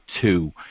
two